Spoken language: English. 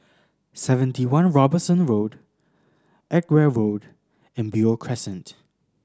Seventy One Robinson Road Edgware Road and Beo Crescent